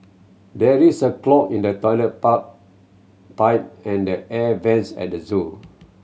there is a clog in the toilet pipe and the air vents at the zoo